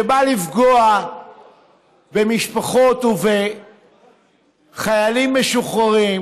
שבא לפגוע במשפחות ובחיילים משוחררים